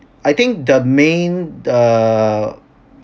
I think the main err